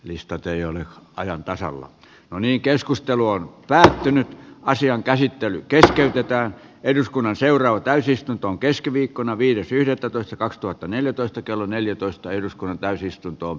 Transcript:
listat ei ole ajan tasalla vaanii keskustelu on päättynyt asian käsittely keskeytetään eduskunnan seuraava täysistuntoon keskiviikkona viides yhdettätoista kaksituhattaneljätoista kello neljätoista eduskunnan täysistunto